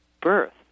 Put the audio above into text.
birth